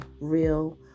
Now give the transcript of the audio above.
real